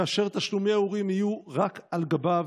כאשר תשלומי ההורים יהיו רק על גביו,